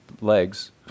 legs